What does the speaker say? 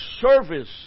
service